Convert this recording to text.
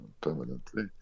permanently